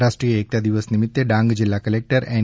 રાષ્રીફીય એકતા દિવસ નિમિત્તે ડાંગ જીલ્લા કલેકટર એન